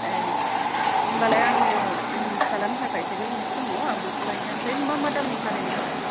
ए होमबालाय आंनो फिसाज्लानि थाखाय साइकेल गंसे नांगौ आं बेखौ लायनो ओमफ्राय मा मा दामनि फानो नों आब'